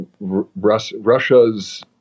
Russia's